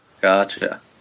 Gotcha